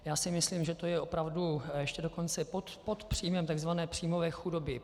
Já si myslím, že to je opravdu ještě dokonce pod hranicí takzvané příjmové chudoby.